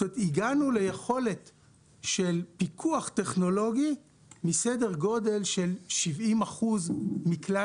הגענו בפיקוח טכנולוגי לסדר גודל של 70% מכלל